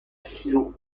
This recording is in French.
silo